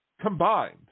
combined